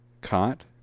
cot